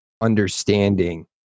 understanding